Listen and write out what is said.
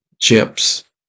chips